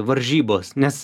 varžybos nes